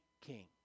king